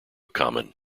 common